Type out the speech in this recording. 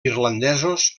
irlandesos